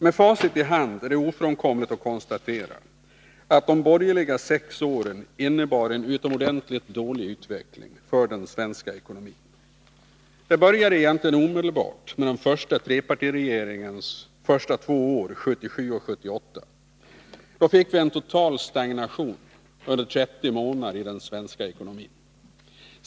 Med facit i hand är det nu ofrånkomligt att konstatera att de borgerliga sex åren innebar en utomordentligt dålig utveckling för svensk ekonomi. Det började egentligen omedelbart med den första trepartiregeringens två första år, 1977 och 1978. Då fick vi en total stagnation under 30 månader i svensk ekonomi.